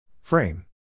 Frame